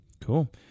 cool